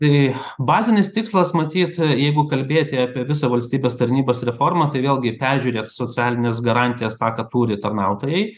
tai bazinis tikslas matyt jeigu kalbėti apie visą valstybės tarnybos reformą tai vėlgi peržiūrėt socialines garantijas tą ką turi tarnautojai